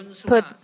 put